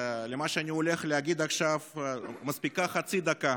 לְמה שאני הולך להגיד עכשיו מספיקה חצי דקה.